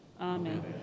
Amen